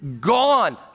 gone